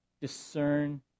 discern